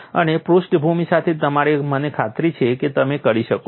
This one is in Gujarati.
અને પૃષ્ઠભૂમિ સાથે મને ખાતરી છે કે તમે તે કરી શકશો